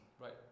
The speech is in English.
Right